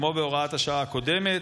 כמו בהוראת השעה הקודמת,